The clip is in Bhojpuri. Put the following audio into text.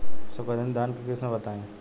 सुगंधित धान के किस्म बताई?